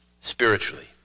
spiritually